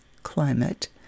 climate